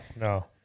no